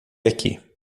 aqui